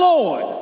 Lord